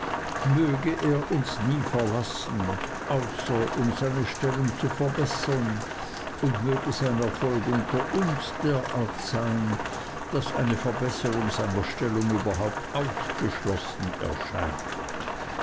möge er uns nie verlassen außer um seine stellung zu verbessern und möge sein erfolg unter uns derart sein daß eine verbesserung seiner stellung überhaupt ausgeschlossen erscheint